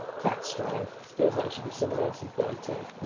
cat strive, it feels like it should be someone else's bike too.